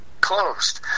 closed